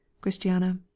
Christiana